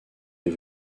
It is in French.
des